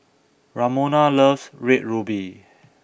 Ramona loves red ruby